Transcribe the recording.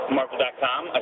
Marvel.com